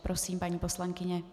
Prosím, paní poslankyně.